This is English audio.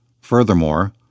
Furthermore